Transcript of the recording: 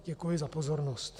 Děkuji za pozornost.